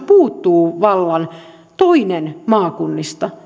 puuttuu vallan satakunta eli toinen maakunnista